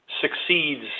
succeeds